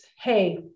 Hey